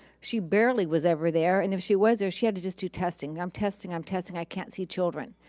she barely was ever there and if she was there, she had to just do testing. i'm testing, i'm testing, i can't see children.